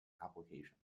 applications